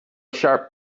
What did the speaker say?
sharp